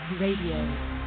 Radio